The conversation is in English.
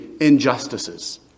injustices